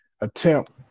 attempt